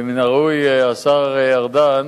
ומן הראוי, השר ארדן,